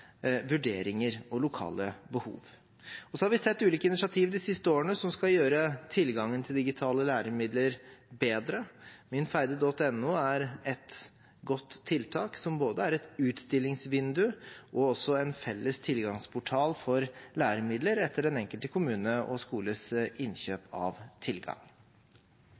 vurderinger og lokale behov. Vi har sett ulike initiativ de siste årene som skal gjøre tilgangen til digitale læremidler bedre. Minfeide.no er et godt tiltak, som er både et utstillingsvindu og en felles tilgangsportal for læremidler etter den enkelte kommune og skoles innkjøp av tilgang.